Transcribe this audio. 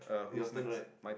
your turn right